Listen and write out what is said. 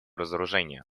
разоружения